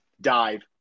dive